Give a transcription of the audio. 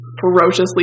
ferociously